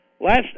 Last